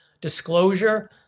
disclosure